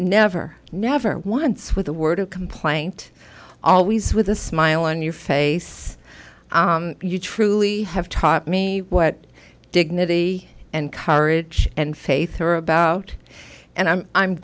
never never once with a word of complaint always with a smile on your face you truly have taught me what dignity and courage and faith are about and i'm i'm